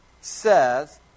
says